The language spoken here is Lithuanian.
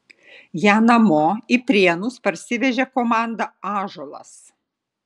ją namo į prienus parsivežė komanda ąžuolas